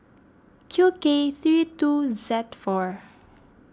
Q K three two Z four